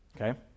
Okay